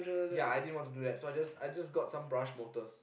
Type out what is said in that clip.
ya I didn't wanna do that so I just I just got some brush motors